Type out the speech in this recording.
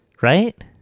Right